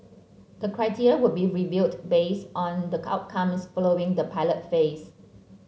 the criteria would be reviewed based on the outcomes following the pilot phase